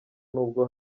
nubwo